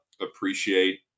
appreciate